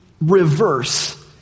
reverse